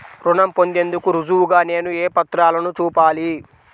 రుణం పొందేందుకు రుజువుగా నేను ఏ పత్రాలను చూపాలి?